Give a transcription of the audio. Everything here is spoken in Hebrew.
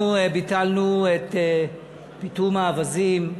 אנחנו ביטלנו את פיטום האווזים.